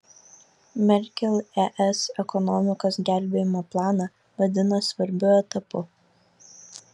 merkel es ekonomikos gelbėjimo planą vadina svarbiu etapu